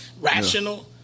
rational